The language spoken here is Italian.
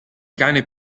cane